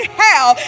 hell